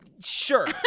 sure